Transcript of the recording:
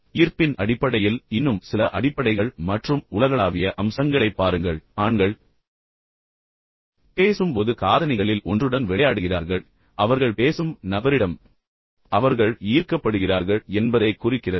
ஈர்ப்பின் அடிப்படையில் இன்னும் சில அடிப்படைகள் மற்றும் உலகளாவிய அம்சங்களைப் பாருங்கள் ஆண்கள் எப்போதாவது பேசும் போது காதணிகளில் ஒன்றுடன் விளையாடுகிறார்கள் எனவே அவர்கள் பேசும் நபரிடம் அவர்கள் ஈர்க்கப்படுகிறார்கள் என்பதைக் குறிக்கிறது